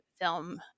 film